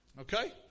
Okay